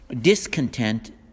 Discontent